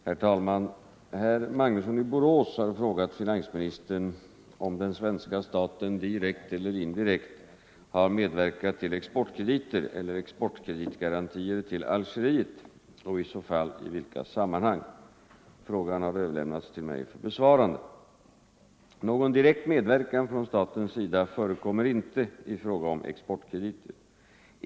Herr talman! Herr Magnusson i Borås har frågat finansministern om den svenska staten direkt eller indirekt har medverkat till exportkrediter eller exportkreditgarantier till Algeriet och i så fall i vilka sammanhang. Frågan har överlämnats till mig för besvarande. Någon direkt medverkan från statens sida förekommer inte i fråga om exportkrediter.